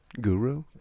guru